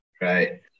Right